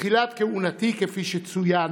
כפי שצוין,